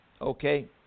okay